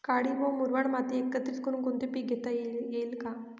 काळी व मुरमाड माती एकत्रित करुन कोणते पीक घेता येईल का?